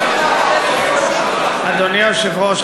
אדוני היושב-ראש,